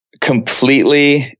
completely